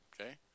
okay